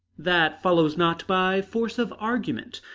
that follows not by force of argument,